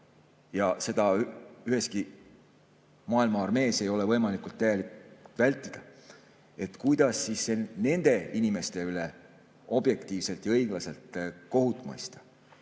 ei ole üheski maailma armees võimalik täielikult vältida. Kuidas siis nende inimeste üle objektiivselt ja õiglaselt kohut mõista?